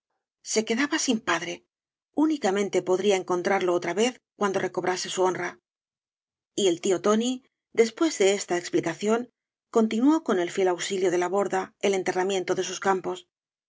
se quedaba sin padre únicamente podría encontrarlo otra vez cuando recobrase su honra y el tío tóai después de esta explicación continuó con el fiel auxilio de la borda el enterra miento de bus campos